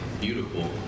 Beautiful